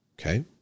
Okay